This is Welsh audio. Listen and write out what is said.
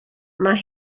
mae